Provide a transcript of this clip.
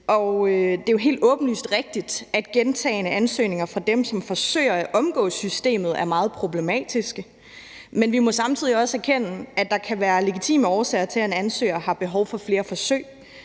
og det er jo helt åbenlyst rigtigt, at gentagne ansøgninger fra dem, som forsøger at omgå systemet, er meget problematiske, men vi må samtidig også erkende, at der kan være legitime årsager til, at en ansøger har behov for flere forsøg.